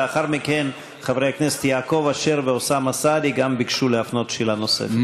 לאחר מכן חברי הכנסת יעקב אשר ואוסאמה סעדי גם ביקשו להפנות שאלה נוספת.